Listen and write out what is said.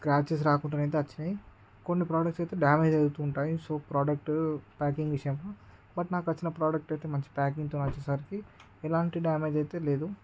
scratches రాకుండా అయితే వచ్చినాయి కొన్ని ప్రొడక్ట్స్ అయితే డామేజ్ అవుతు ఉంటాయి సో ప్రోడక్ట్ ప్యాకింగ్ విషయం బట్ నాకు వచ్చిన ప్రోడక్ట్ అయితే మంచి ప్యాకింగ్తో వచ్చేసరికి ఎలాంటి డామేజ్ అయితే లేదు